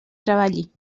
treballi